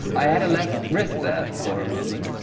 i had a left wrist there for a moment.